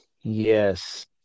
Yes